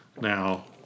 Now